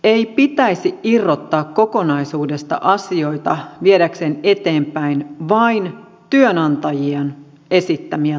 ei pitäisi irrottaa kokonaisuudesta asioita viedäkseen eteenpäin vain työnantajien esittämiä tavoitteita